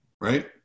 Right